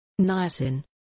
Niacin